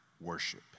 worship